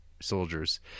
soldiers